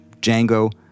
Django